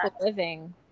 living